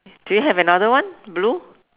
do you have another one blue